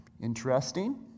Interesting